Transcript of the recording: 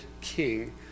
king